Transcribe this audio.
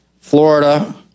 Florida